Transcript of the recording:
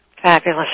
Fabulous